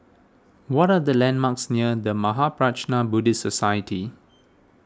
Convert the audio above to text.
what are the landmarks near the Mahaprajna Buddhist Society